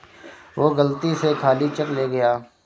वो गलती से खाली चेक ले गया